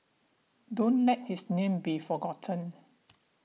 don't let his name be forgotten